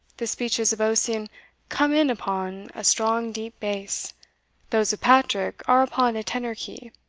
the speeches of ossian come in upon a strong deep bass those of patrick are upon a tenor key.